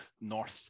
North